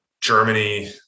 Germany